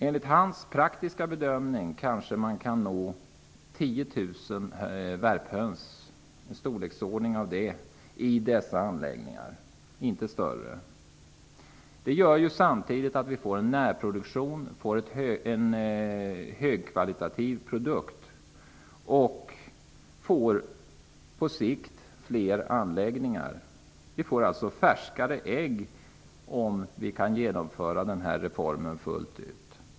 Enligt hans bedöming kan man ha i storleksordningen 10 000 värphöns i dessa anläggningar. Därigenom får vi en närproduktion och en högkvalitativ produkt. På sikt får vi fler anläggningar. Vi får färskare ägg om vi kan genomföra den här reformen fullt ut.